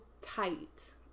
tight